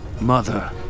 mother